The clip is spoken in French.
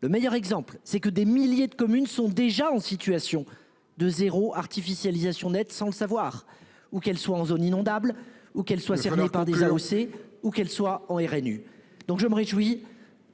Le meilleur exemple c'est que des milliers de communes sont déjà en situation de zéro artificialisation nette sans le savoir, ou qu'elle soit en zone inondable ou qu'elle soit cerné par des AOC ou qu'elle soit au RN eu donc je me réjouis